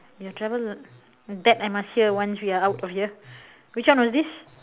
ya travel that I must hear once we are out of here which one was this